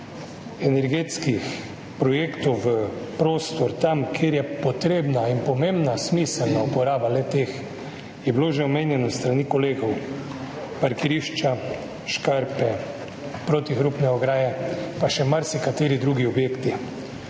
energetskih projektov v prostor, tja, kjer je potrebna in pomembna smiselna uporaba le-teh, je bilo omenjeno že s strani kolegov – parkirišča, škarpe, protihrupne ograje, pa še marsikateri drugi objekti.